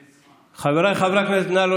חברים, אנחנו קודם כול לא נאיביים.